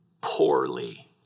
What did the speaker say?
poorly